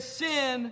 sin